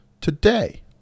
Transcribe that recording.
today